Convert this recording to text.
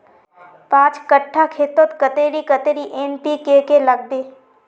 पाँच कट्ठा खेतोत कतेरी कतेरी एन.पी.के के लागबे?